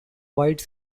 wide